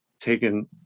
taken